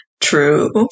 True